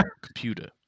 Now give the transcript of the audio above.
computer